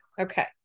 Okay